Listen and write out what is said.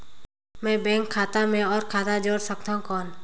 मैं बैंक खाता मे और खाता जोड़ सकथव कौन?